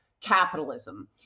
capitalism